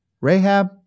Rahab